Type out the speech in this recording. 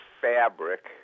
fabric